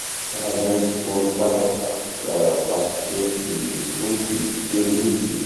Karazagny sport fantako: basikety, footy, tenisy,